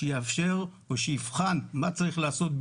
שיבחן מה צריך לעשות,